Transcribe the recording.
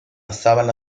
sábana